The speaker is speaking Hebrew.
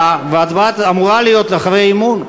נקבעה שעה, וההצבעה אמורה להיות אחרי האי-אמון.